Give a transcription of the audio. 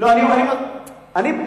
לעמוד נגד זה,